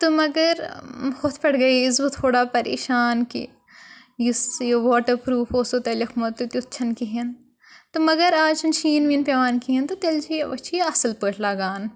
تہٕ مگر ہُتھ پٮ۪ٹھ گٔیس بہٕ تھوڑا پریشان کہِ یُس یہِ واٹَر پرٛوٗف اوسو تۄہہِ لیٚوکھمُت تہٕ تیُتھ چھَنہٕ کِہیٖنۍ تہٕ مگر آز چھُنہٕ شیٖن ویٖن پیٚوان کِہیٖنۍ تہٕ تیٚلہِ چھِ یہِ أسۍ چھِ یہِ اَصٕل پٲٹھۍ لَگان